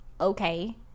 Okay